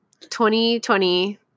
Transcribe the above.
2020